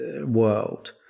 world